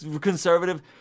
conservative